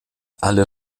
alle